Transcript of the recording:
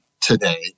today